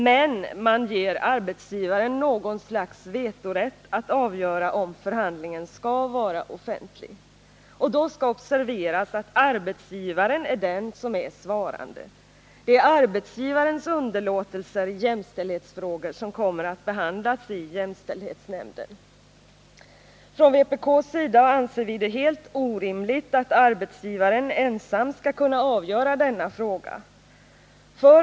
Men man ger arbetsgivaren något slags vetorätt att avgöra om förhandlingen skall vara offentlig. Och då skall observeras att arbetsgivaren är den som är svarande. Det är arbetsgivarens underlåtelser i jämställdhetsfrågor som kommer att behandlas i jämställdhetsnämnden. Från vpk:s sida anser vi det helt orimligt att arbetsgivaren ensam skall kunna avgöra denna fråga.